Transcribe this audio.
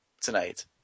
tonight